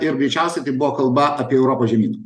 ir greičiausiai tai buvo kalba apie europos žemyną